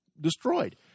destroyed